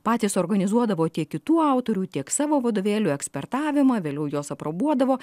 patys organizuodavo tiek kitų autorių tiek savo vadovėlių eksportavimą vėliau juos aprobuodavo